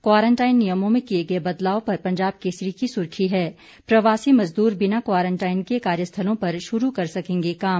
quarantine नियमों में किये गए बदलाव पर पंजाब केसरी की सुर्खी है प्रवासी मजदूर बिना क्वारंटाइन के कार्यस्थलों पर शुरू कर सकेंगे काम